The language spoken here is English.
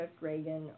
Reagan